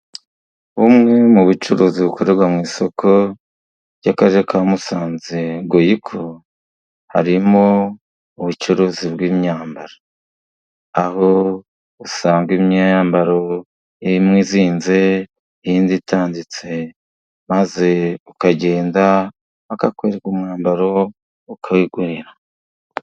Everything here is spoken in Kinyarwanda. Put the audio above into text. Bumwe mu bucuruzi bukorerwa mu isoko ry'akarere ka Musanze goyiko，harimo ubucuruzi bw'imyambaro. Aho usanga imyambaro imwe izinze，indi itanditse， maze ukagenda，bakakwereka umwambaro， ukawigurira.